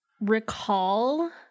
recall